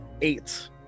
Eight